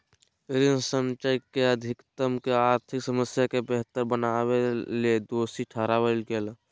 ऋण संचयन के अधिकता के आर्थिक समस्या के बेहतर बनावेले दोषी ठहराल गेलय